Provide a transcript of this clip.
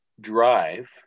drive